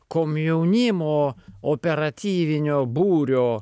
komjaunimo operatyvinio būrio